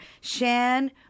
Shan